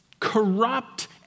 corrupt